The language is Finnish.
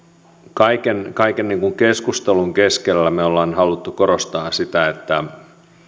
kaiken kaiken keskustelun keskellä me olemme halunneet korostaa sitä että